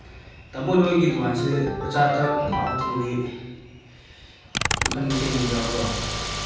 ꯇꯥꯃꯣ ꯅꯣꯏꯒꯤ ꯗꯨꯀꯥꯟꯁꯦ ꯑꯆꯥ ꯑꯊꯛ ꯑꯍꯥꯎ ꯑꯊꯨꯝꯒꯤ ꯃꯈꯟ ꯃꯊꯦꯟꯒꯤ ꯌꯥꯎꯕ꯭ꯔꯣ